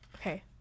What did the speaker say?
okay